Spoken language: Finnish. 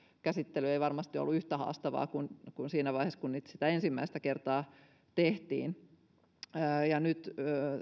käsittely ei varmasti ollut yhtä haastavaa kuin siinä vaiheessa kun sitä ensimmäistä kertaa tehtiin nyt